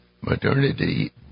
modernity